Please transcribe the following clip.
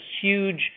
huge